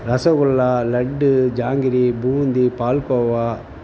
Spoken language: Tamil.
ரசகுல்லா லட்டு ஜாங்கிரி பூந்தி பால்கோவா